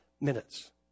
minutes